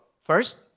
first